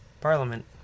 Parliament